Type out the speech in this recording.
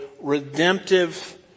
redemptive